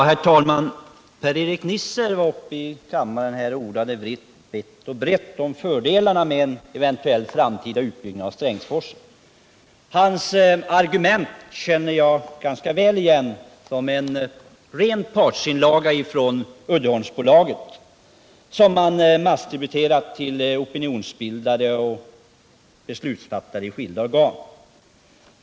Herr talman! Per-Erik Nisser ordade vitt och brett om fördelarna med = Den fysiska en framtida utbyggnad av Strängsforsen. Hans argument känner jag väl — riksplaneringen för igen från en ren partsinlaga från Uddeholmsbolaget, som man mass = vattendrag i norra distribuerat till opinionsbildare och beslutsfattare i skilda organ.